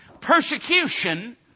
persecution